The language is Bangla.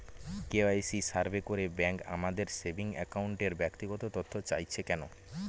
কে.ওয়াই.সি সার্ভে করে ব্যাংক আমাদের সেভিং অ্যাকাউন্টের ব্যক্তিগত তথ্য চাইছে কেন?